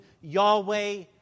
Yahweh